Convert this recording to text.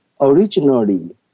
Originally